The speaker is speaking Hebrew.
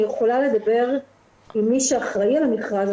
אני יכולה לדבר עם מי שאחראי על המכרז,